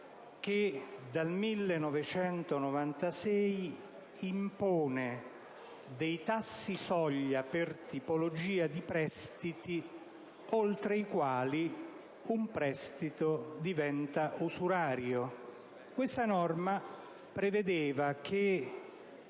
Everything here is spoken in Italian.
che dal 1996 impone dei tassi-soglia per tipologia di prestiti, oltre i quali un prestito diventa usurario. Questa legge prevedeva che,